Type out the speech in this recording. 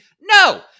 No